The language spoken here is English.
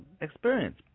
experience